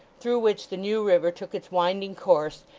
through which the new river took its winding course,